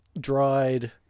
dried